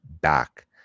back